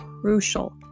crucial